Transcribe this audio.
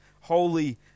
holy